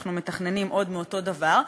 אנחנו מתכננים עוד מאותו דבר.